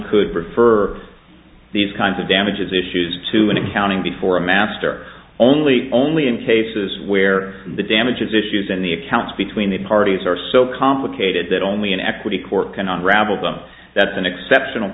could refer these kinds of damages issues to an accounting before a master only only in cases where the damages issues in the accounts between the parties are so complicated that only an equity court cannot ravelled them that's an exceptional